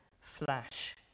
flash